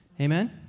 Amen